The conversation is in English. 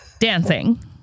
Dancing